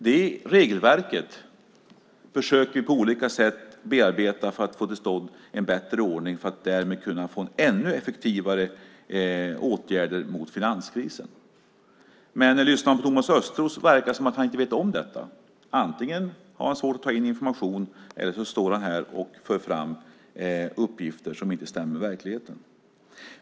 Det regelverket försöker vi på olika sätt bearbeta för att få till stånd en bättre ordning för att därmed kunna få ännu effektivare åtgärder mot finanskrisen. Det verkar som att Thomas Östros inte vet om detta. Antingen har han svårt att ta in information, eller så står han här och för fram uppgifter som inte stämmer med verkligheten.